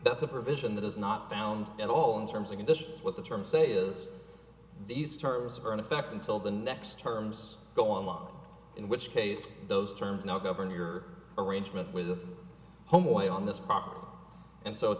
that's a provision that is not found at all in terms of conditions what the terms say is these terms are in effect until the next terms go on in which case those terms now govern your arrangement with home away on this property and so at